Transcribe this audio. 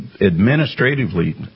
administratively